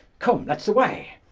come, let's away.